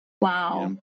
Wow